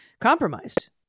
compromised